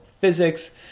physics